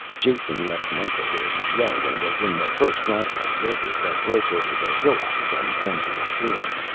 jason left mikah where he lay and was in the first rank of observers that broke over the hillocks and onto the shore.